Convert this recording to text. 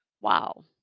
Wow